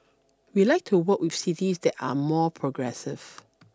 we like to work with cities that are more progressive